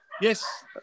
Yes